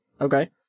Okay